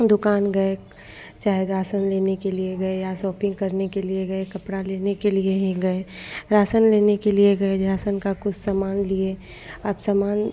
दुकान गए चाहे राशन लेने के लिए गए या शॉपिन्ग करने के लिए गए कपड़ा लेने के लिए ही गए राशन लेने के लिए ही गए राशन का कुछ सामान लिए अब सामान